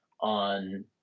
on